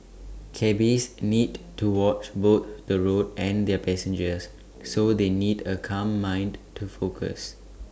cabbies need to watch both the road and their passengers so they need A calm mind to focus